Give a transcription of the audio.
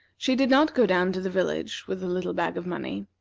she did not go down to the village with the little bag of money.